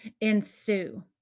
ensue